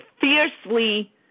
fiercely